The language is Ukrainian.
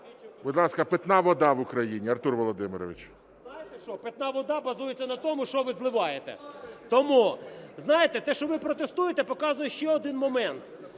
будь ласка, питна вода в Україні, Артур Володимирович. ГЕРАСИМОВ А.В. Знаєте, що? Питна вода базується на тому, що ви зливаєте. Тому знаєте, те, що ви протестуєте, показує ще один момент.